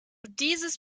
dieses